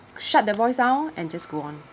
shut the voice down and just go on